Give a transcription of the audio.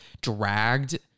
dragged